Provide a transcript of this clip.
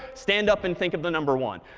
stand up and think of the number one.